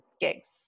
gigs